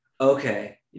Okay